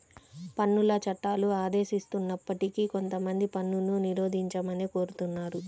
పన్నుల చట్టాలు ఆదేశిస్తున్నప్పటికీ కొంతమంది పన్నును నిరోధించమనే కోరుతున్నారు